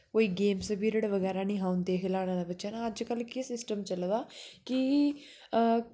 कोई games period बगैरा नेई है होंदे अजकल के सिस्टम चला दा कि हां